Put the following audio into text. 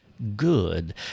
good